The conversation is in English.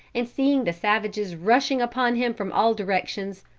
and seeing the savages rushing upon him from all directions,